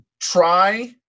try